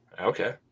okay